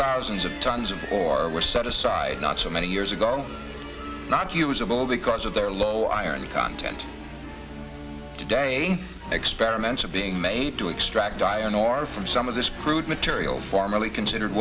thousands of tons of or were set aside not so many years ago not usable because of their low iron content today experiments are being made to extract dianora from some of this crude material formerly considered